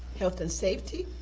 health and safety,